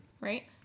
right